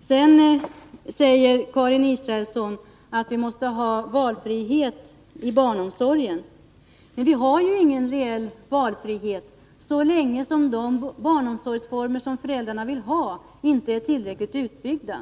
Sedan säger Karin Israelsson att vi måste ha valfrihet i barnomsorgen. Vi har ju ingen reell valfrihet så länge som de barnomsorgsformer som föräldrarna vill ha inte är tillräckligt utbyggda.